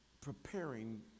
preparing